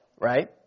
right